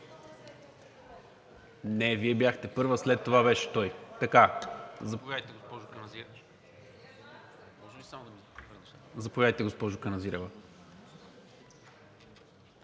Не, Вие бяхте първа, след това беше той. Заповядайте, госпожо Каназирева.